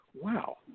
wow